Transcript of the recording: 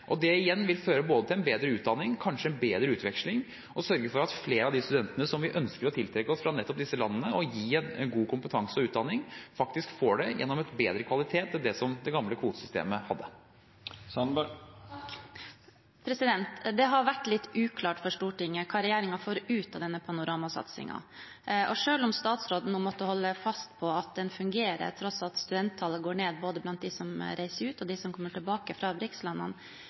Det igjen vil både føre til en bedre utdanning, kanskje en bedre utveksling, og sørge for at flere av de studentene som vi ønsker å tiltrekke oss fra nettopp disse landene og gi en god kompetanse og utdanning, faktisk får det gjennom en bedre kvalitet enn det som det gamle kvotesystemet hadde. Det har vært litt uklart for Stortinget hva regjeringen får ut av denne Panorama-satsingen. Selv om statsråden nå måtte holde fast på at den fungerer, til tross for at studenttallet går ned både blant dem som reiser ut, og dem som kommer tilbake fra